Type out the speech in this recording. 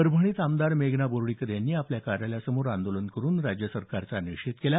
परभणीत आमदार मेघना बोर्डीकर यांनी आपल्या कार्यालयासमोर आंदोलन करून राज्य सरकारचा निषेध केला